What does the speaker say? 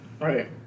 Right